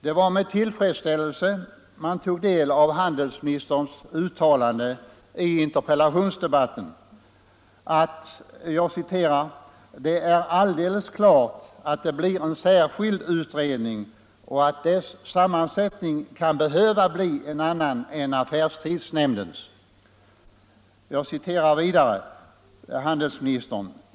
Det var med tillfredsställelse man tog del av handelsministerns uttalande i interpellationsdebatten att det är ”alldeles klart att det blir en särskild utredning och att dess sammansättning kan behöva bli en annan än affärstidsnämndens.